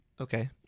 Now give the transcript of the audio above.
Okay